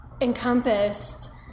encompassed